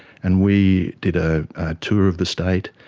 and we did a tour of the state,